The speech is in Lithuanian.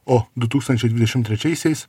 o du tūkstančiai dvidešimt trečiaisiais